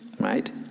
right